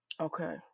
Okay